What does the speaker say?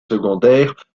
secondaire